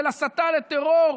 של הסתה לטרור,